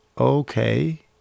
okay